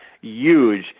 huge